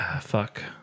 fuck